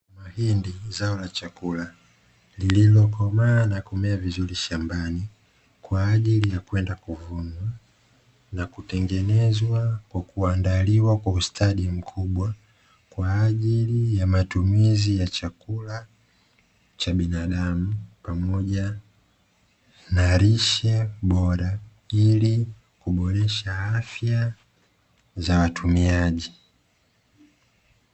Hindi zao la chakula lililokomaa na kumea vizuri shambani, kwa ajili ya kwenda kuvunwa na kutengenezwa kwa kuandaliwa kwa ustadi mkubwa, kwa ajili ya matumizi ya chakula cha binadamu pamoja na lishe bora ili kuboresha afya za watumiaji.